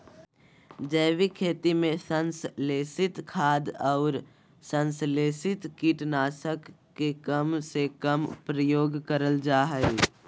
जैविक खेती में संश्लेषित खाद, अउर संस्लेषित कीट नाशक के कम से कम प्रयोग करल जा हई